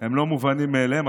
הם לא מובנים מאליהם.